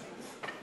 לזה אני מסכים.